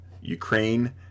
Ukraine